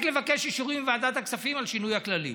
לבקש אישורים מוועדת הכספים על שינוי הכללים.